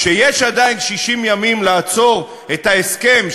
כשיש עדיין 60 ימים לעצור את ההסכם,